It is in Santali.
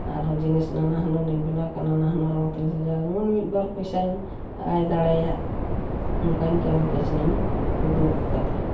ᱟᱨᱚ ᱡᱤᱱᱤᱥ ᱱᱟᱱᱟ ᱦᱩᱱᱟᱹᱨᱤᱧ ᱵᱮᱱᱟᱣ ᱠᱮᱫ ᱱᱟᱱᱟᱦᱩᱱᱟᱹᱨ ᱨᱚᱝᱛᱤᱧ ᱥᱟᱡᱟᱣ ᱠᱮᱫ ᱡᱮᱢᱚᱱ ᱢᱤᱫᱵᱟᱨ ᱯᱚᱭᱥᱟᱧ ᱟᱭᱫᱟᱲᱮᱭᱟᱜᱼᱟ ᱚᱱᱠᱟᱧ ᱠᱟᱹᱢᱤ ᱠᱟᱹᱥᱱᱤᱧ ᱩᱫᱩᱜ ᱟᱠᱟᱫᱟ